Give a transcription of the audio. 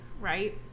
right